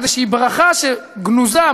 איזושהי ברכה שגנוזה,